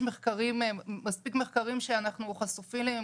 יש מספיק מחקרים שאנחנו חשופים אליהם,